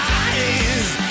eyes